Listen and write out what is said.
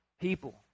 people